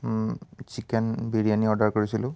chicken biryani order কৰিছিলোঁ